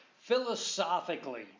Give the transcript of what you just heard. Philosophically